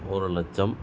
ஒரு லட்சம்